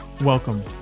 Welcome